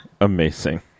amazing